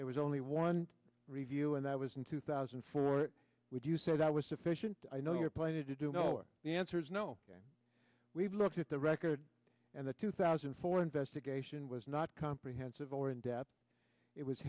there was only one review and that was in two thousand and four would you say that was sufficient i know you're planning to do know the answer is no we've looked at the record and the two thousand and four investigation was not comprehensive or in depth it was